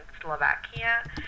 Slovakia